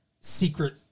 secret